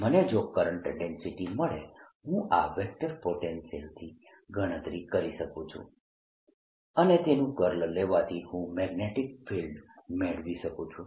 મને જો current density મળે હું આ વેક્ટર પોટેન્શિયલથી ગણતરી કરી શકું છું અને તેનું કર્લ લેવાથી હું મેગ્નેટીક ફિલ્ડ મેળવી શકું છું